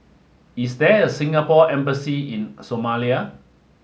is there a Singapore embassy in Somalia